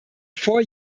four